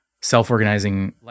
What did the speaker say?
self-organizing